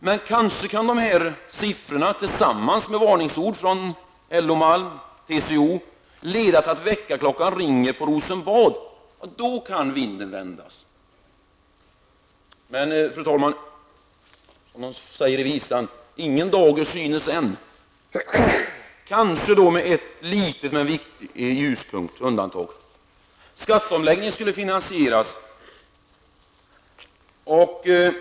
Men kanske kan dessa siffror tillsammans med varningsorden från LO-Malm och TCO leda till att väckarklockan ringer på Rosenbad. Då kan vinden vända. Men, fru talman, som man säger i visan: Ingen dager synes än. Kanske finns det ändå en liten men viktig ljuspunkt, ett litet undantag. Skatteomläggningen skulle finansieras.